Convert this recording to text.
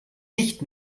nicht